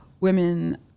women